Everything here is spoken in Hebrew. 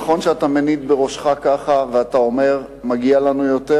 נכון שאתה מניד בראשך ככה ואומר: מגיע לנו יותר?